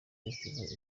festival